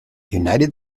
united